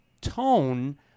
tone